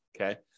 Okay